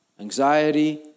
anxiety